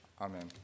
Amen